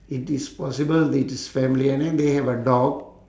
it is possible it is family and then they have a dog